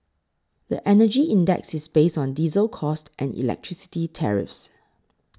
the Energy Index is based on diesel costs and electricity tariffs